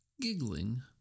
Giggling